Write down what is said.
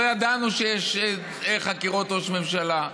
לא ידענו שיש חקירות ראש ממשלה.